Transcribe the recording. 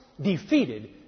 defeated